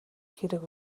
хэрэг